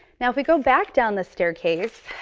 now, if we go back down the staircase,